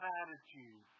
attitude